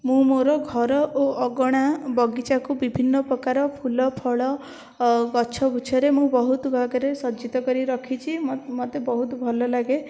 ମୁଁ ମୋର ଘର ଓ ଅଗଣା ବଗିଚାକୁ ବିଭିନ୍ନ ପ୍ରକାର ଫୁଲଫଳ ଗଛବୃଛରେ ମୁଁ ବହୁତ ବାଗରେ ସଜ୍ଜିତ କରି ରଖିଛି ମୋତ ମୋତେ ବହୁତ ଭଲ ଲାଗେ